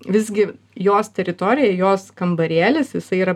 visgi jos teritorija jos kambarėlis jisai yra